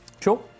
Sure